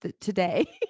today